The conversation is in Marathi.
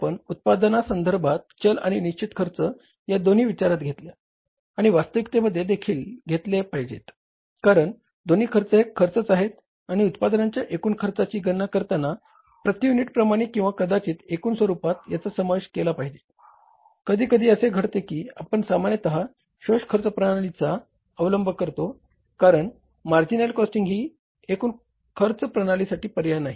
आपण शोष खर्च प्रणाली अवलंब करतो कारण मार्जिनल कॉस्टिंग ही एकूण खर्च प्रणालीसाठी पर्याय नाही